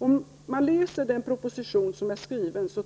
Om man läser propositionen,